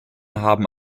haben